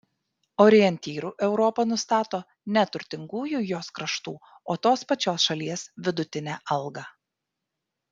orientyru europa nustato ne turtingųjų jos kraštų o tos pačios šalies vidutinę algą